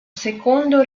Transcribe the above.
secondo